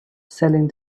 selling